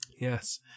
Yes